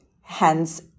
hence